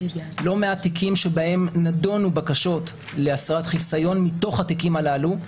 בהם נדונו בקשות להסרת חיסיון מתוך התיקים הללו.